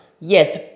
Yes